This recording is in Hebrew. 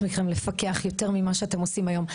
מכם לפקח יותר ממה שאתם עושים היום.